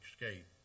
escape